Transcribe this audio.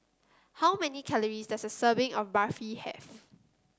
how many calories does a serving of Barfi have